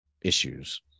issues